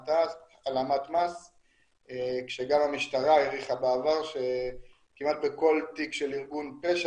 העלמת מס כשגם המשטרה העריכה בעבר שכמעט בכל תיק של ארגון פשע